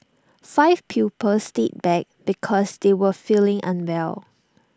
five pupils stayed back because they were feeling unwell